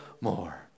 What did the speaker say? more